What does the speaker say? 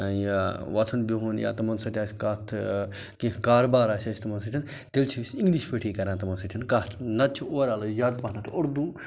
یہِ وۄتھُن بیٚہُن یا تِمَن سۭتۍ آسہِ کَتھ کیٚنٛہہ کاربار آسہِ اَسہِ تِمَن سۭتۍ تیٚلہِ چھِ أسۍ اِنٛگلِش پٲٹھی کَران تِمَن سۭتۍ کَتھ نَتہٕ چھِ اوٚوَر آل أسۍ زیادٕ پَہنَتھ اُردو